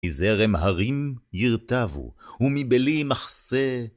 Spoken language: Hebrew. מזרם הרים ירטבו, ומבלי מחסה.